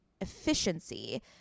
efficiency